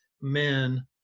men